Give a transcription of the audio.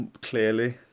clearly